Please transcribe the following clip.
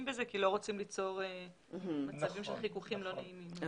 בזה כי לא רוצים ליצור מצבים של חיכוכים לא נעימים.